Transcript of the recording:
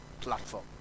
platform